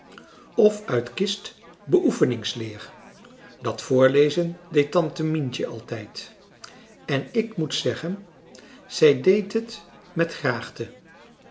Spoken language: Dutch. of uit kist beoefeningsleer dat voorlezen deed tante mientje altijd en ik françois haverschmidt familie en kennissen moet zeggen zij deed het met graagte